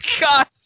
God